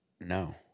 No